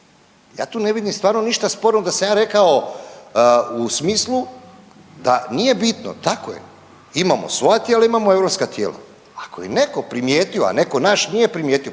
Ja tu ne vidim stvarno ništa sporno da sam ja rekao u smislu da nije bitno. Tako je. Imamo svoja tijela, imamo europska tijela. Ako je netko primijetio, a netko naš nije primijetio